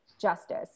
justice